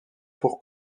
pour